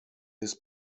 his